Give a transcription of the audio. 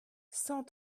cent